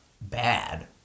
bad